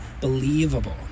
believable